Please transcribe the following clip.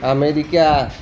America